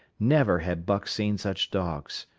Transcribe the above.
never had buck seen such dogs.